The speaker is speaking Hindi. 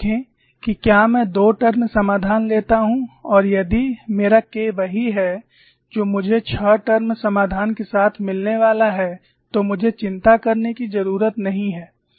देखें कि क्या मैं दो टर्म समाधान लेता हूं और यदि मेरा K वही है जो मुझे छह टर्म समाधान के साथ मिलने वाला है तो मुझे चिंता करने की जरूरत नहीं है